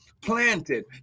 planted